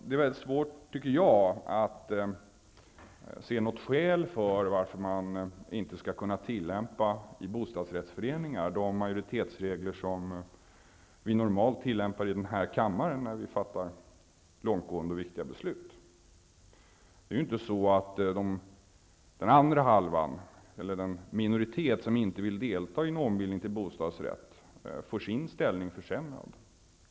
Det är väldigt svårt, tycker jag, att se något skäl för att man inte skall kunna tillämpa i bostadsrättsföreningar de majoritetsregler som vi normalt tillämpar i den här kammaren när vi fattar långtgående och viktiga beslut. Den minoritet som inte vill delta i ombildning till bostadsrätt får ju inte sin ställning försämrad.